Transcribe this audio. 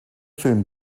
film